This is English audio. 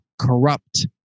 corrupt